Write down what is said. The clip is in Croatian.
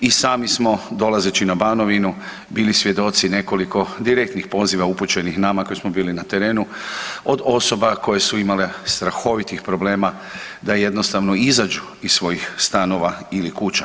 I sami smo dolazeći na Banovinu bili svjedoci nekoliko direktnih poziva upućenih nama koji smo bili na terenu od osoba koje su imale strahovitih problema da jednostavno izađu iz svojih stanova ili kuća.